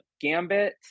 Gambit